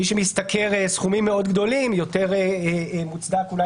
מי שמשתכר סכומים מאוד גדולים אולי מוצדק יותר